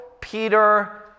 peter